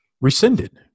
rescinded